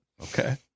Okay